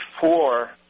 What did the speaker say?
four